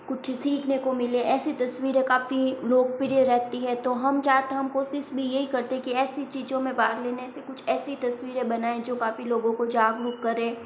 कुछ सीखने को मिले ऐसी तस्वीरें काफ़ी लोकप्रिय रहती हैं तो हम चाहतें हम कोसिस भी यही करते हैं कि ऐसी चीज़ों में भाग लेने से कुछ ऐसी तस्वीरें बनाएं जो काफ़ी लोगों को जागरूक करें